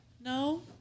No